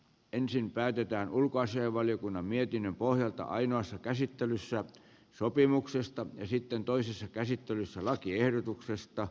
ensin päätetään ulkoasiainvaliokunnan mietinnön pohjalta ainoassa käsittelyssä sopimuksesta ja sitten toisessa käsittelyssä lakiehdotuksesta